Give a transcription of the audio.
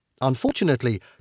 Unfortunately